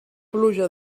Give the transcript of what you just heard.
pluja